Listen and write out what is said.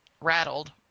rattled